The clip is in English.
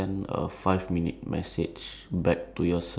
okay this one is also under thought provoking